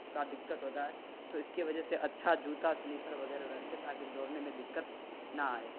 کا دقت ہوتا ہے تو اس کی وجہ سے اچھا جوتا سلیپر وغیرہ رکھے تاکہ دوڑنے میں دقت نہ آئے